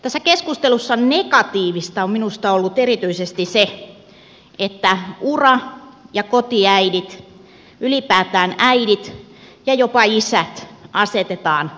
tässä keskustelussa negatiivista on minusta ollut erityisesti se että ura ja kotiäidit ylipäätään äidit ja jopa isät asetetaan vastakkain